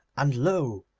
and lo!